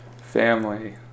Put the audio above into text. Family